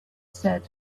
said